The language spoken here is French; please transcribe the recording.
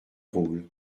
rôle